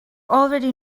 already